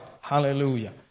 Hallelujah